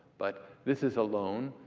but this is a loan,